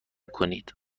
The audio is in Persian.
کنید